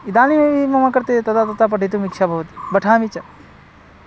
इदानीमपि मम कृते तदा तथा पठितुम् इच्छा भवति पठामि च